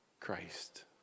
Christ